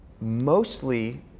mostly